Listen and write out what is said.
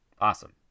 Awesome